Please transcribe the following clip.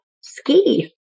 ski